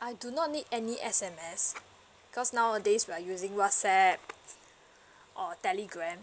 I do not need any S_M_S because nowadays we are using whatsapp or telegram